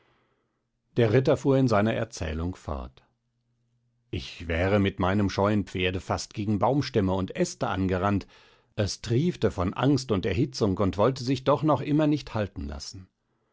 der ritter fuhr in seiner erzählung fort ich wäre mit meinem scheuen pferde fast gegen baumstämme und äste angerannt es triefte von angst und erhitzung und wollte sich doch noch immer nicht halten lassen